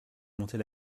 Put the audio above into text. monter